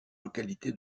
localité